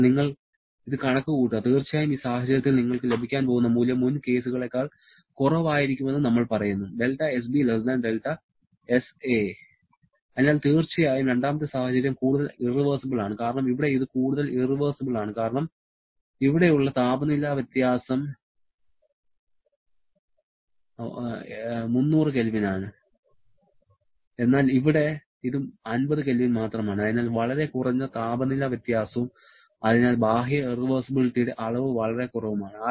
എന്നാൽ നിങ്ങൾ ഇത് കണക്കുകൂട്ടുക തീർച്ചയായും ഈ സാഹചര്യത്തിൽ നിങ്ങൾക്ക് ലഭിക്കാൻ പോകുന്ന മൂല്യം മുൻ കേസുകളേക്കാൾ കുറവായിരിക്കുമെന്ന് നമ്മൾ പറയുന്നു അതിനാൽ തീർച്ചയായും രണ്ടാമത്തെ സാഹചര്യം കൂടുതൽ ഇറവെർസിബിൾ ആണ് കാരണം ഇവിടെ ഇത് കൂടുതൽ ഇറവെർസിബിൾ ആണ് കാരണം ഇവിടെയുള്ള താപനില വ്യത്യാസം 300 K ആണ് എന്നാൽ ഇവിടെ ഇത് 50 K മാത്രമാണ് അതിനാൽ വളരെ കുറഞ്ഞ താപനില വ്യത്യാസവും അതിനാൽ ബാഹ്യ ഇറവെർസിബിലിറ്റിയുടെ അളവ് വളരെ കുറവാണ്